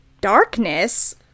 Darkness